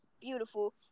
beautiful